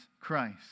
Christ